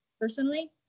personally